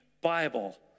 Bible